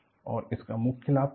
और इसका मुख्य लाभ क्या है